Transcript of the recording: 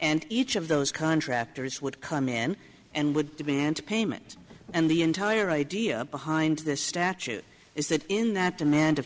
and each of those contractors would come in and would demand payment and the entire idea behind this statue is that in that demand of